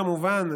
כמובן,